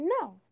No